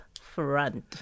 front